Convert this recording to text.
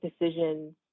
decisions